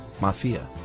Mafia